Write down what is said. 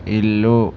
ఇల్లు